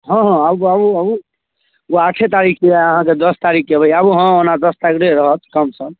हँ हँ आबू आबू ओ आठे तारीख अइ अहाँके दस तारीखके अएबै आबू हँ ओना दस तारीख तकले रहत कमसम